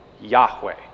yahweh